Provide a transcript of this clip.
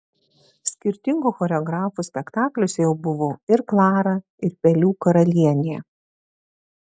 skirtingų choreografų spektakliuose jau buvau ir klara ir pelių karalienė